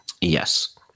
Yes